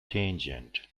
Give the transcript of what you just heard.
tangent